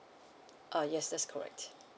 uh yes that's correct